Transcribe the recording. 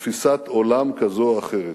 לתפיסת עולם כזאת או אחרת.